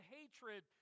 hatred